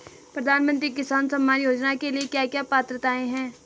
प्रधानमंत्री किसान सम्मान योजना के लिए क्या क्या पात्रताऐं हैं?